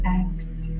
act